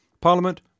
Parliament